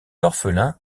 orphelin